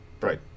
Right